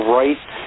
right